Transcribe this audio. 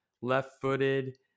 Left-footed